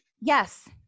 Yes